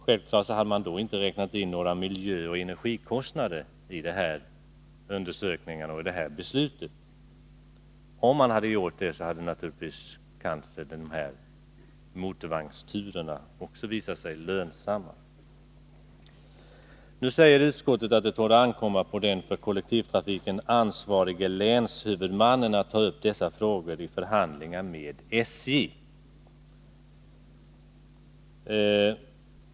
Självfallet hade man inte tagit hänsyn till miljöoch energikostnader i undersökningarna och i beslutet. Om man hade gjort det, hade motorvagnsturerna kanske visat sig lönsamma. Utskottet säger att det torde ankomma på den för kollektivtrafiken ansvarige länshuvudmannen att ta upp dessa frågor till förhandlingar med SJ.